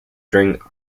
during